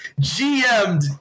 gm'd